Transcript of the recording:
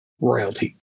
royalty